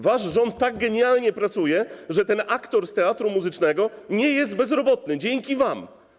Wasz rząd tak genialnie pracuje, że ten aktor z Teatru Muzycznego nie jest bezrobotny, dzięki wam.